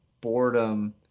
boredom